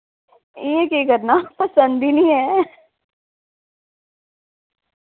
एह् केह् करना पसंद निं ऐ